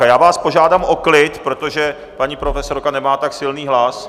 Já vás požádám o klid, protože paní profesorka nemá tak silný hlas.